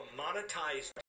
monetized